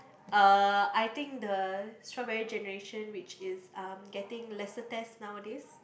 uh I think the strawberry generation which is um getting lesser test nowadays